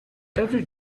every